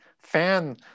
fan